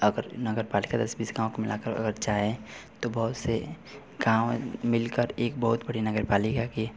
अगर नगर पालिका दस बीस गाँव को मिलाकर अगर चाहे तो बहुत से गाँव मिलकर एक बहुत बड़ी नगर पालिका के